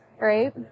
right